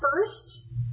first